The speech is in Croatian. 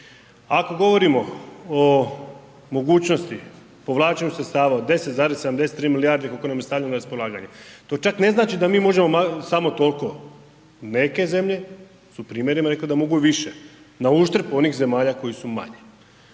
Ako govorimo o mogućnosti povlačenju sredstava od 10,73 milijarde koliko nam je stavljeno na raspolaganje to čak ne znači da mi možemo samo toliko, neke zemlje su primjereno rekle da mogu i više na uštrb onih zemalja koje su manje.